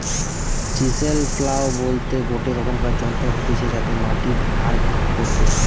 chisel plough বলতে গটে রকমকার যন্ত্র হতিছে যাতে মাটি ভাগ করতিছে